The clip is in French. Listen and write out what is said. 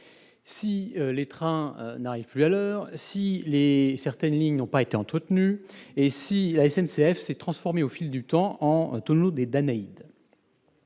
si les trains n'arrivent plus à l'heure, si certaines lignes n'ont pas été entretenues et si la SNCF s'est transformée, au fil du temps, en tonneau des Danaïdes